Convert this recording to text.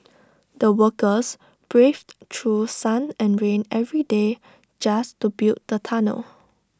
the workers braved through sun and rain every day just to build the tunnel